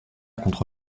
contre